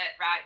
Right